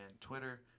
Twitter